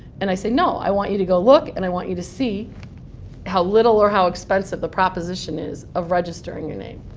and i say no. i want you to go look and i want you to see how little or how expensive the proposition is of registering your name.